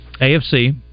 AFC